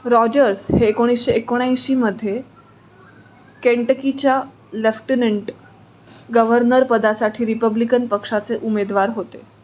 Rogers हे एकोणीसशे एकोणऐंशीमध्ये केंटकीच्या लेफ्टनेंट गवर्नर पदासाठी रिपब्लिकन पक्षाचे उमेदवार होते